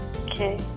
okay